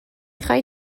خوای